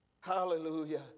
hallelujah